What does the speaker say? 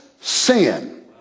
sin